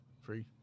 Free